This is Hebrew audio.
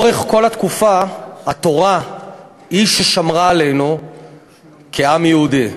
לאורך כל התקופה התורה היא ששמרה עלינו כעם יהודי.